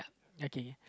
okay